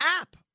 app